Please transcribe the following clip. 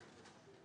לרשותך.